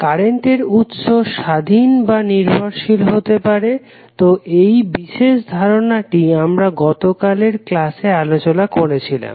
কারেন্টের উৎস স্বাধীন বা নির্ভরশীল হতে পারে তো এই বিশেষ ধারনাটি আমরা গতকালের ক্লাসে আলোচনা করেছিলাম